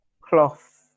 cloth